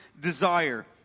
desire